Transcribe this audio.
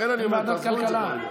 ולכן אני אומר: תעזבו את זה כרגע.